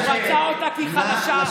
הוא רצה אותה כי היא חלשה.